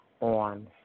on